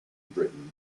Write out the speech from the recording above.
britain